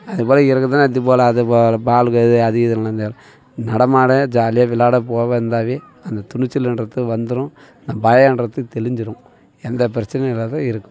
அதேபோல் இருக்கதான் அதுபோல் அதுபோல் பாலு இது அது இதுலாம் தேவையில்லை நடமாட ஜாலியாக விளாட போக இருந்தாலே அந்த துணிச்சலுன்றது வந்துடும் அந்த பயன்றது தெளிஞ்சிடும் எந்த பிரச்சனையும் இல்லாது இருக்கும்